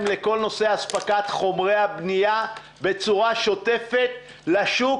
לכל נושא אספקת חומרי הבנייה בצורה שוטפת לשוק,